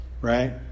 Right